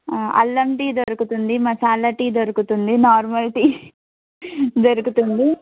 అల్లం టీ దొరుకుతుంది మసాలా టీ దొరుకుతుంది నార్మల్ టీ దొరుకుతుంది